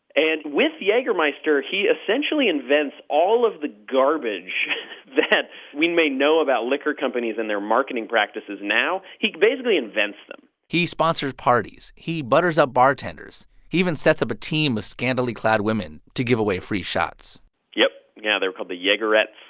and with jagermeister, he essentially invents all of the garbage that we may know about liquor companies and their marketing practices now. he basically invents them he sponsored parties. parties. he butters up bartenders. he even sets up a team of scantily clad women to give away free shots yep. yeah, they were called the jagerettes.